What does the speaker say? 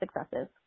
successes